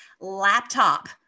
laptop